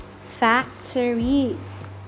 factories